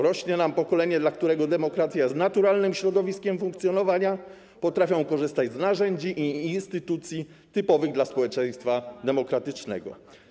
Rośnie nam pokolenie, dla którego demokracja jest naturalnym środowiskiem funkcjonowania, potrafią korzystać z narzędzi i instytucji typowych dla społeczeństwa demokratycznego.